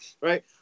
right